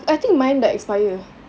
new I think mine that expire